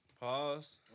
Pause